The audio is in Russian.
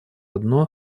одно